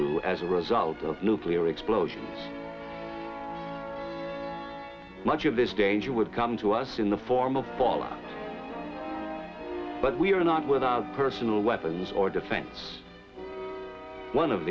to as a result of nuclear explosion much of this danger would come to us in the form of dollars but we are not without personal weapons or defense one of